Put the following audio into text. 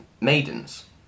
maidens